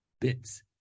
bits